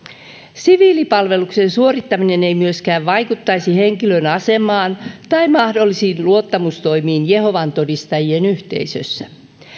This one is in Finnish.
siviilipalveluksen suorittaminen ei myöskään vaikuttaisi henkilön asemaan tai mahdollisiin luottamustoimiin jehovan todistajien yhteisössä